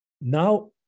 Now